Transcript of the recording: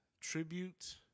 tribute